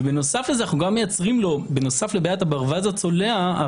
בנוסף לבעיית ברווז צולע,